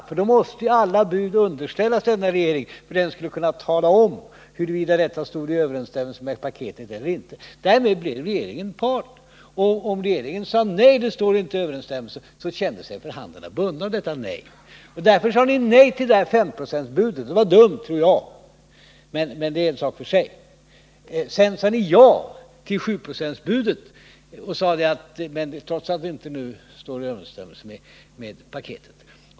Alla bud måste ju underställas regeringen för att den skulle kunna tala om huruvida buden stod i överensstämmelse med paketet eller inte. Därigenom blev regeringen part. Om regeringen sade nej kände sig förhandlarna bundna av detta nej. Ni sade nej till femprocentsbudet — det var dumt, tror jag, men det är en annan sak. Sedan sade ni ja till sjuprocentsbudet, trots att det enligt er bedömning inte stod i överensstämmelse med paketet.